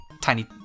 tiny